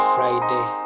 Friday